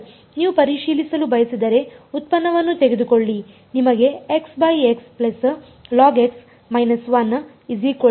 ನೀವು ಪರಿಶೀಲಿಸಲು ಬಯಸಿದರೆ ಉತ್ಪನ್ನವನ್ನು ತೆಗೆದುಕೊಳ್ಳಿ ನಿಮಗೆ ಸಿಗುತ್ತದೆ